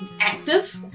active